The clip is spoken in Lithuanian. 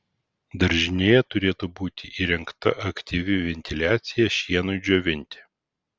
daržinėje turėtų būti įrengta aktyvi ventiliacija šienui džiovinti